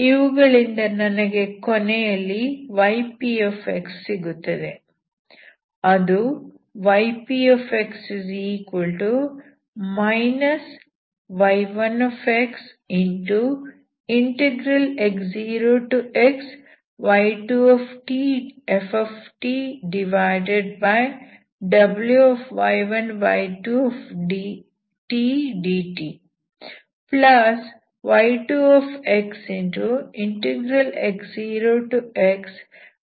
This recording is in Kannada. ಇವುಗಳಿಂದ ನನಗೆ ಕೊನೆಯಲ್ಲಿ ypx ಸಿಗುತ್ತದೆ